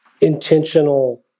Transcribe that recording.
intentional